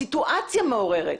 הסיטואציה מעוררת.